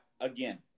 Again